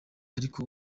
ariko